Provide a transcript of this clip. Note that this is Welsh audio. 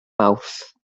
mawrth